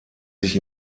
sich